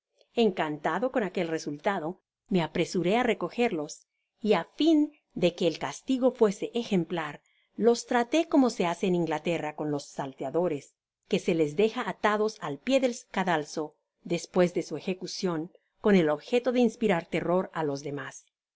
encantado con aquel resultado me apresuré á recogerlos y á fio de que el castigo fuese ejemplar los traté como se hace en ingla ierra con los salteadores que se les deja atados al pié del cadalso despues de su ejecucion con el objeto de inspirar terror á los demas